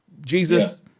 Jesus